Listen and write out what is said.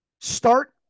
Start